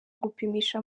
gupimisha